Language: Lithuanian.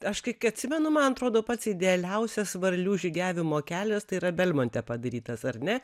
aš kiek atsimenu man atrodo pats idealiausias varlių žygiavimo kelias tai yra belmonte padarytas ar ne